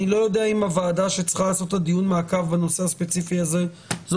אני לא יודע אם הוועדה שצריכה לעשות את דיון המעקב בנושא הספציפי הזה זו